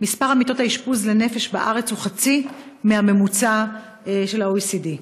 מספר מיטות האשפוז לנפש בארץ הוא חצי מהממוצע של ה-OECD.